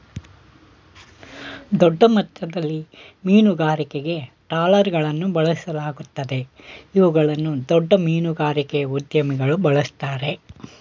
ದೊಡ್ಡಮಟ್ಟದಲ್ಲಿ ಮೀನುಗಾರಿಕೆಗೆ ಟ್ರಾಲರ್ಗಳನ್ನು ಬಳಸಲಾಗುತ್ತದೆ ಇವುಗಳನ್ನು ದೊಡ್ಡ ಮೀನುಗಾರಿಕೆಯ ಉದ್ಯಮಿಗಳು ಬಳ್ಸತ್ತರೆ